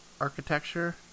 architecture